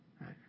right